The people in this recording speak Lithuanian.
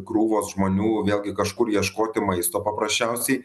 krūvos žmonių vėlgi kažkur ieškoti maisto paprasčiausiai